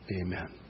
Amen